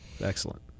excellent